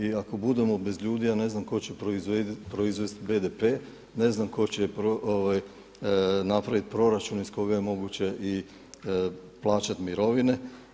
I ako budemo bez ljudi ja ne znam tko će proizvest BDP, ne znam tko će napravit proračun iz kojeg je moguće plaćat mirovine.